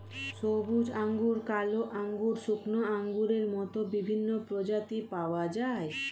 সবুজ আঙ্গুর, কালো আঙ্গুর, শুকনো আঙ্গুরের মত বিভিন্ন প্রজাতির পাওয়া যায়